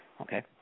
Okay